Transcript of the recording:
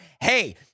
Hey